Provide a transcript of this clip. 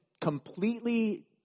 completely